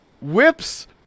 whips